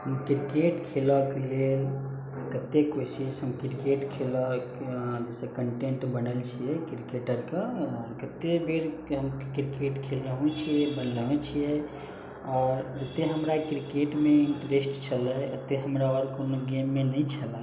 हम क्रिकेट खेलऽके लेल कतेक बेसी से हम क्रिकेट खेलैसँ कन्टेन्ट बनल छियै क्रिकेटरके कते बेर हम क्रिकेट खेललहुँ छियै बजलहुँ छियै आओर जते हमरा क्रिकेटमे इन्टरेस्ट छलै ओते हमरा कोनो आओर गेममे नहि छलऽ